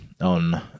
on